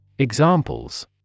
Examples